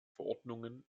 verordnungen